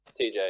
TJ